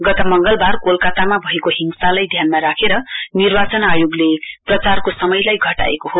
गत मंगलवार कोलकातामा भएको हिंसालाई ध्यानमा राखेर निर्वाचन आयोगले प्रचारको समयलाई घटाएको हो